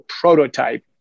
prototype